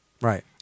right